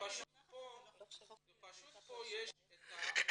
פשוט יש כאן את המחדל,